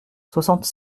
soixante